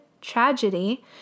tragedy